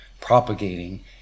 propagating